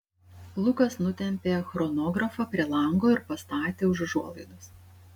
lukas nutempė chronografą prie lango ir pastatė už užuolaidos